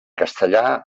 castellà